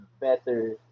better